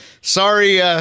sorry